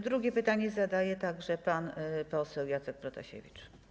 Drugie pytanie zadaje także pan poseł Jacek Protasiewicz.